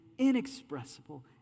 inexpressible